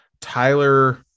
Tyler